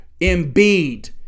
Embiid